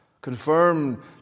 Confirm